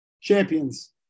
champions